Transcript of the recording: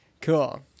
Cool